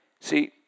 See